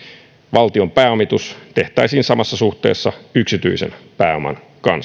valtion pääomitus tehtäisiin samassa suhteessa yksityisen pääoman kanssa